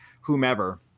whomever